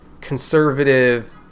conservative